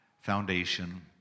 Foundation